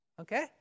Okay